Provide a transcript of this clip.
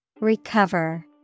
Recover